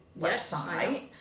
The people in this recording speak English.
website